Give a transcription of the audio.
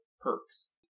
perks